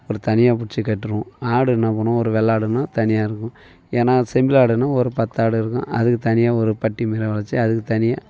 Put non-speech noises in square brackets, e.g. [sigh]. [unintelligible] தனியாக பிடிச்சு கட்டிடுவோம் ஆடு என்ன பண்ணுவோம் ஒரு வெள்ளாடுன்னா தனியாக இருக்கும் ஏன்னா செம்மறி ஆடுனா ஒரு பத்து ஆடு இருக்கும் அதுக்கு தனியாக ஒரு பட்டி மாதிரி வெச்சு அதுக்கு தனியாக